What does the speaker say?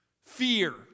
Fear